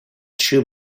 shoe